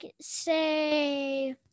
say